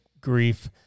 grief